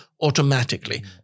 automatically